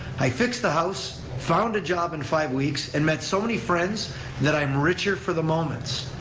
i fixed the house, found a job in five weeks, and met so many friends that i am richer for the moments.